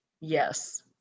Yes